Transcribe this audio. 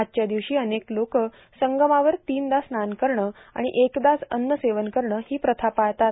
आजच्या दिवशी अनेक लोक संगमावर तिनदा स्नान करणं आणि एकदाच अन्न सेवन करणं ही प्रथा पाळतात